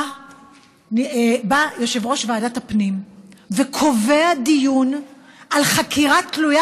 בא יושב-ראש ועדת הפנים וקובע דיון על חקירה תלויה